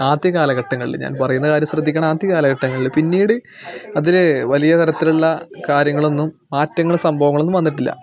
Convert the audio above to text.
ആദ്യ കാലഘട്ടങ്ങളിൽ ഞാൻ പറയുന്ന കാര്യം ശ്രദ്ധിക്കണം ആദ്യ കാലഘട്ടങ്ങളിൽ പിന്നീട് അതിൽ വലിയ തരത്തിലുള്ള കാര്യങ്ങളൊന്നും മാറ്റങ്ങൾ സംഭവങ്ങൾ ഒന്നും വന്നിട്ടില്ല